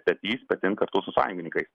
petys petin kartu su sąjungininkais